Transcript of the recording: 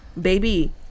baby